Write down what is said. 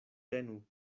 tenu